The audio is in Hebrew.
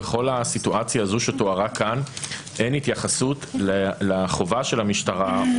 בכל הסיטואציה הזו שתוארה כאן אין התייחסות לחובה של המשטרה או